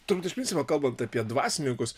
turbūt iš principo kalbant apie dvasininkus